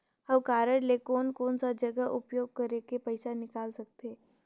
हव कारड ले कोन कोन सा जगह उपयोग करेके पइसा निकाल सकथे?